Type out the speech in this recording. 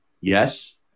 Yes